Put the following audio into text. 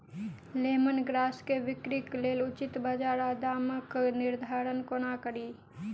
Lemon grass केँ बिक्रीक लेल उचित बजार आ दामक निर्धारण कोना कड़ी?